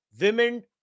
women